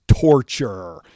torture